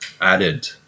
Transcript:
added